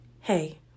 Hey